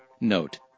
Note